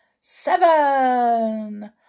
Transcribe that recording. seven